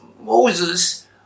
Moses